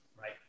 right